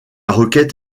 requête